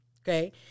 okay